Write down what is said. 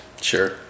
Sure